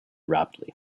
rapidly